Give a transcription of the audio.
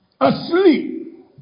asleep